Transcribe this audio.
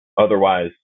otherwise